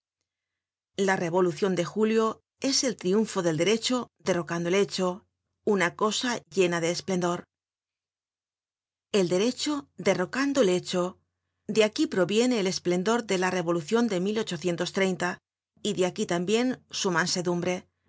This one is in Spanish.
la revolucion de julio es el triunfo del derecho derrocando el hecho una cosa llena de esplendor el derecho derrocando el hecho de aquí proviene el esplendor de la revolucion de y de aquí tambien su mansedumbre